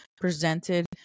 presented